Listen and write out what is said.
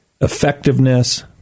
effectiveness